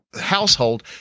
household